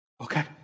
Okay